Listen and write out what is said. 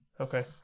Okay